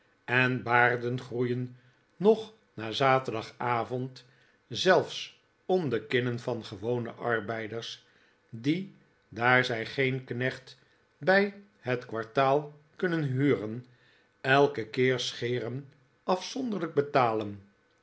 en baarden groeien nog na zaterdagavond zelfs om de kinnen van gewone arbeiders die daar zij geen knecht bij het kwartaal kunnen huren elken keer scheren afzonderlijk betalen